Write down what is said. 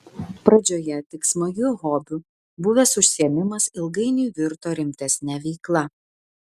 pradžioje tik smagiu hobiu buvęs užsiėmimas ilgainiui virto rimtesne veikla